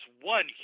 one